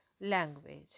language